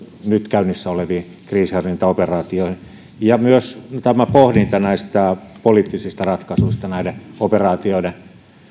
nyt käynnissä oleviin kriisinhallintaoperaatioihin myös on tätä pohdintaa näistä poliittisista ratkaisuista näiden operaatioiden